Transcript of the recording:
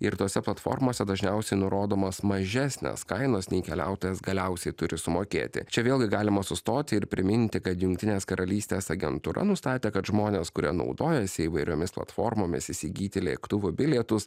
ir tose platformose dažniausiai nurodomos mažesnės kainos nei keliautojas galiausiai turi sumokėti čia vėlgi galima sustoti ir priminti kad jungtinės karalystės agentūra nustatė kad žmonės kurie naudojasi įvairiomis platformomis įsigyti lėktuvo bilietus